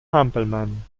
hampelmann